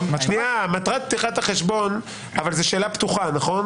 מטרת פתיחת החשבון היא שאלה פתוחה, נכון?